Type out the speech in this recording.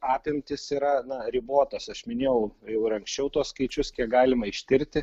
apimtys yra na ribotos aš minėjau jau ir anksčiau tuos skaičius kiek galima ištirti